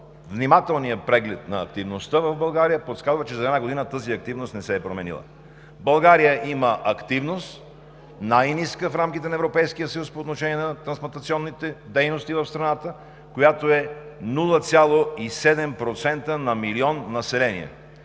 внимателният преглед на активността в България подсказва, че за една година тя не се е променила. България има най-ниска активност в рамките на Европейския съюз по отношение на трансплантационните дейности в страната, която е 0,7% на милион население.